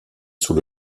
sous